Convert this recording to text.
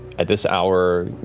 at this hour,